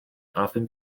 often